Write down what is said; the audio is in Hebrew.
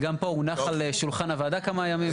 וגם פה, הונח על שולחן הוועדה כמה ימים.